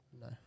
No